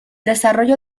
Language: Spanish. desarrollo